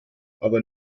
aber